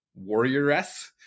warrioress